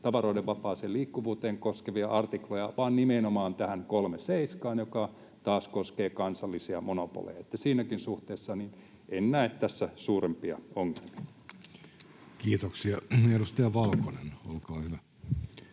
tavaroiden vapaata liikkuvuutta koskevia artikloja, vaan nimenomaan 37:ää, joka taas koskee kansallisia monopoleja. Siinäkään suhteessa en näe tässä suurempia ongelmia. Kiitoksia. — Edustaja Valkonen, olkaa hyvä.